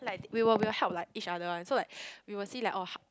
like we will we will help like each other [one] so like we will see like oh h~